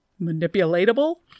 manipulatable